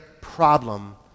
problem